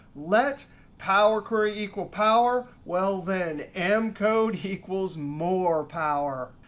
let power query equal power. well then, m code equals more power.